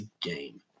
game